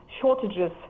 shortages